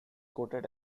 quoted